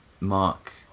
Mark